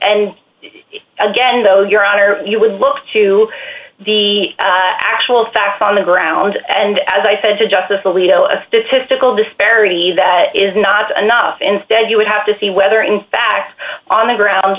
again though your honor you would look to the actual facts on the ground and as i said to justice alito a statistical disparity that is not enough instead you would have to see whether in fact on the ground